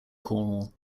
cornwall